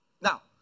Now